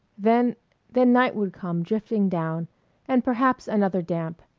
then then night would come drifting down and perhaps another damp.